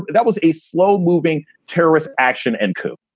that was a slow moving terrorist action and could